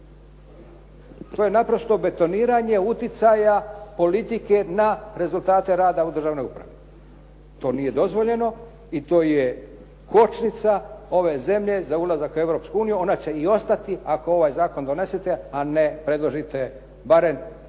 To je naprosto betoniranje utjecaja politike na rezultate rada u državnoj upravi. To nije dozvoljeno i to je kočnica ove zemlje za ulazak u Europsku uniju, ona će i ostati ako ovaj zakon donesete a ne predložite barem 15